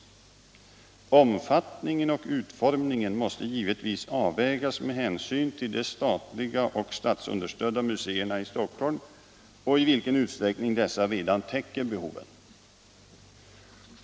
Omfattning och utformning måste givetvis avvägas med hänsyn till de statliga och statsunderstödda museerna i Stockholm och i vilken utsträckning dessa redan täcker behoven.